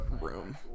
room